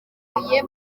bose